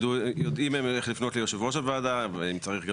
יודעים איך לפנות ליושב ראש הוועדה ואם צריך גם